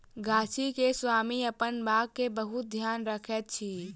गाछी के स्वामी अपन बाग के बहुत ध्यान रखैत अछि